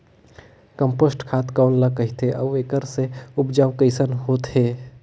Compost खाद कौन ल कहिथे अउ एखर से उपजाऊ कैसन होत हे?